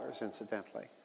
incidentally